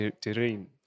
terrain